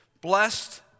Blessed